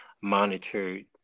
monitored